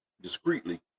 discreetly